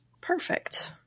Perfect